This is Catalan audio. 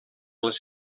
les